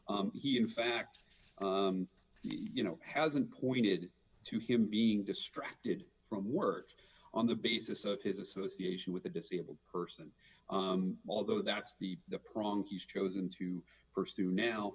cases he in fact you know hasn't pointed to him being distracted from work on the basis of his association with a disabled person although that's the the prongs he's chosen to pursue now